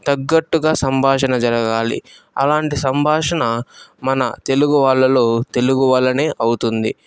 తగ్గట్టుగా సంభాషణ జరగాలి అలాంటి సంభాషణ మన తెలుగు వాళ్లలో తెలుగు వల్లనే అవుతుంది